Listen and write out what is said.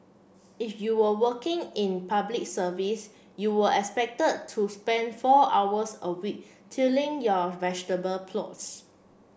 if you were working in Public Service you were expected to spend four hours a week tilling your vegetable plots